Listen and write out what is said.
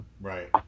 Right